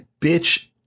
bitch